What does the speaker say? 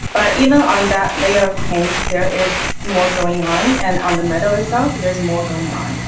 but even ah on that layer of paint, there is more going on and on the metal itself there's more going on.